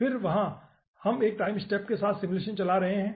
फिर यहाँ हम एक टाइम स्टेप के साथ सिमुलेशन चला रहे हैं